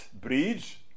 Bridge